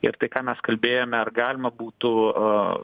ir tai ką mes kalbėjome ar galima būtų